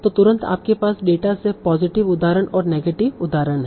तो तुरंत आपके पास डेटा से पॉजिटिव उदाहरण और नेगेटिव उदाहरण हैं